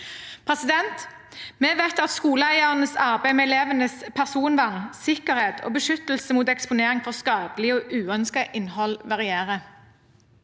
utvikling. Vi vet at skoleeiernes arbeid med elevenes personvern, sikkerhet og beskyttelse mot eksponering for skadelig og uønsket innhold varierer.